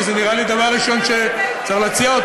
כי זה נראה לי דבר ראשון שצריך להציע,